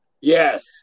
Yes